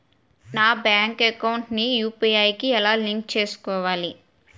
నా bank account ని UPI కి ఎలా లింక్ చేసుకోవాలి?